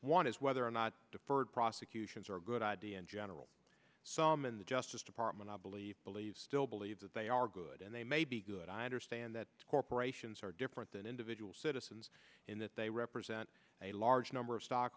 one is whether or not deferred prosecutions are a good idea in general some in the justice department i believe believe still believe that they are good and they may be good i understand that corporations are different than individual citizens in that they represent a large number of stock